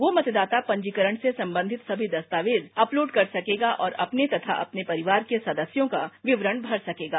वह मतदाता पंजीकरण से संबंधित समी दस्तावेज अपलोड कर सकेगा और अपने तथा अपने परिवार के सदस्यों का विवरण भर सकेगा